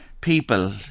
people